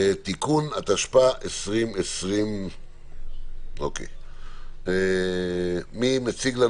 (תיקון), התשפ"א 2020. מי מציג?